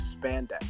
spandex